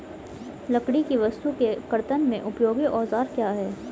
लकड़ी की वस्तु के कर्तन में उपयोगी औजार क्या हैं?